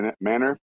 manner